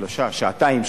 שעתיים,